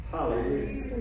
Hallelujah